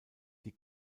die